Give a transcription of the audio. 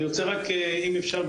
אני רוצה רק אם אפשר,